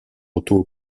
auto